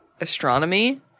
astronomy